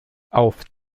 auf